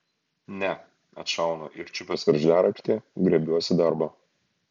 ne atšaunu ir čiupęs veržliaraktį griebiuosi darbo